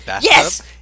Yes